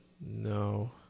No